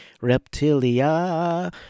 Reptilia